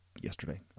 yesterday